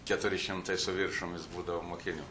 keturi šimtai su viršum vis būdavo mokinių